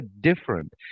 different